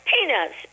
peanuts